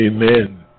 Amen